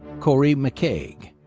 corey mckague,